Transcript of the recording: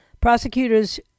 Prosecutors